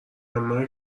مرگ